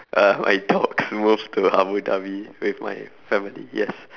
uh my dogs moved to Abu-Dhabi with my family yes